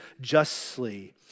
justly